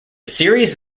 series